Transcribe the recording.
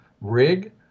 Rig